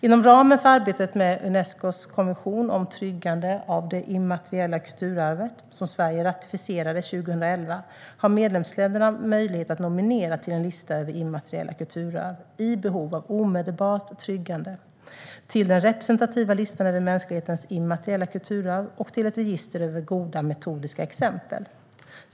Inom ramen för arbetet med Unescos konvention om tryggande av det immateriella kulturarvet, som Sverige ratificerade 2011, har medlemsländerna möjlighet att nominera till en lista över immateriella kulturarv i behov av omedelbart tryggande till den representativa listan över mänsklighetens immateriella kulturarv och till ett register över goda metodiska exempel.